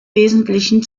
wesentlichen